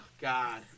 God